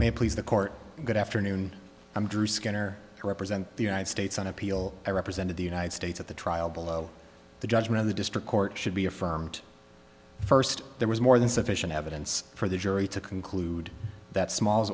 me please the court good afternoon i'm drew skinner to represent the united states on appeal i represented the united states at the trial below the judgment of the district court should be affirmed first there was more than sufficient evidence for the jury to conclude that small